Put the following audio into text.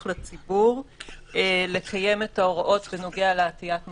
לציבור לקיים את ההוראות בנוגע לעטיית מסכה,